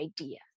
idea